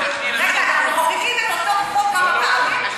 יש לי שאלה: אנחנו מחוקקים את אותו חוק כמה פעמים?